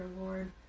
Lord